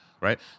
right